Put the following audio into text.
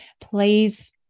please